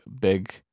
big